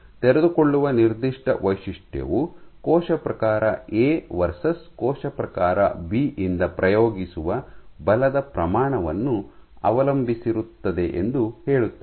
ತೆರೆದುಕೊಳ್ಳುವ ನಿರ್ದಿಷ್ಟ ವೈಶಿಷ್ಟ್ಯವು ಕೋಶ ಪ್ರಕಾರ ಎ ವರ್ಸಸ್ ಕೋಶ ಪ್ರಕಾರ ಬಿ ಯಿಂದ ಪ್ರಯೋಗಿಸುವ ಬಲದ ಪ್ರಮಾಣವನ್ನು ಅವಲಂಬಿಸಿರುತ್ತದೆ ಎಂದು ಹೇಳುತ್ತದೆ